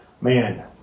man